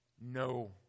No